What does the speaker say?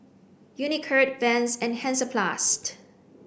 Unicurd Vans and Hansaplast